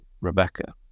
Rebecca